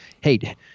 hey